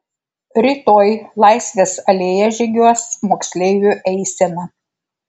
rytoj laisvės alėja žygiuos moksleivių eisena